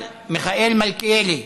מיכאל מלכיאלי,